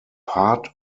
part